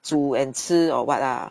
煮 and 吃 or [what] lah